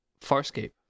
Farscape